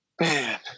Man